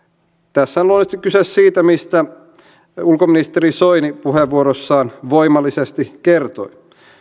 tässä on luonnollisesti kyse siitä mistä ulkoministeri soini puheenvuorossaan voimallisesti kertoi